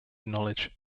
knowledge